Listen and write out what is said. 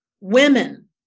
women